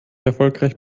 erfolgreich